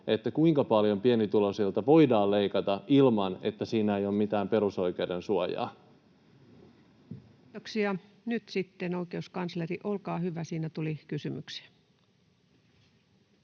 olla, kuinka paljon pienituloisilta voidaan leikata ilman, että siinä ei ole mitään perusoikeuden suojaa. Kiitoksia. — Nyt sitten oikeuskansleri, olkaa hyvä. Siinä tuli kysymyksiä.